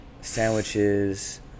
sandwiches